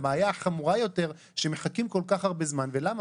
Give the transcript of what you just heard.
אבל הבעיה החמורה יותר שמחכים כל כך הרבה זמן ולמה?